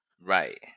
Right